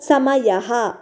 समयः